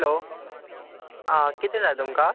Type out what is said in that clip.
hello आं कितें जाय तुमकां